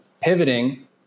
pivoting